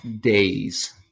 days